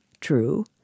True